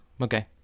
okay